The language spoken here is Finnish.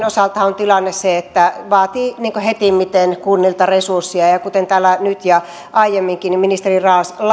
osaltahan on tilanne se että se vaatii hetimmiten kunnilta resursseja ja ja kuten täällä nyt ja aiemminkin ministeri